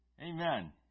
Amen